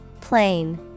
Plain